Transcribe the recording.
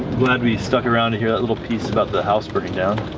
glad we stuck around to hear that little piece about the house burning down.